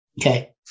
Okay